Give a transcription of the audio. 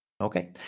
Okay